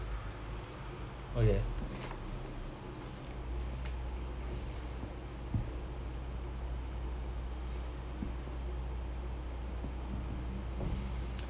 okay